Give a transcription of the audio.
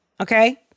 okay